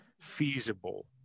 feasible